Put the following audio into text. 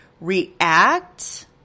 react